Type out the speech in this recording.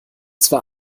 zwar